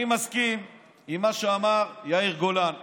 אני מסכים עם מה שאמר יאיר גולן.